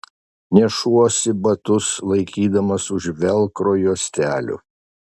nešuosi batus laikydamas už velkro juostelių